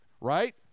Right